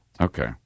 Okay